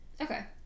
Okay